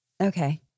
Okay